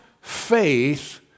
faith